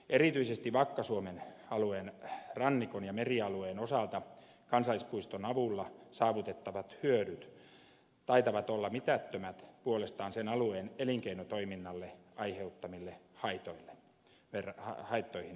erityisesti vakka suomen alueen rannikon ja merialueen osalta kansallispuiston avulla saavutettavat hyödyt taitavat olla mitättömät sen alueen elinkeinotoiminnalle aiheutettuihin haittoihin verrattuna